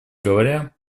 говоря